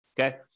Okay